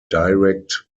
direct